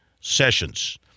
sessions